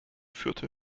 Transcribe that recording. führte